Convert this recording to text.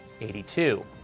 82